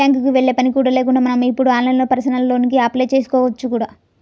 బ్యాంకుకి వెళ్ళే పని కూడా లేకుండా మనం ఇప్పుడు ఆన్లైన్లోనే పర్సనల్ లోన్ కి అప్లై చేసుకోవచ్చు కూడా